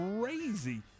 crazy